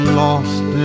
lost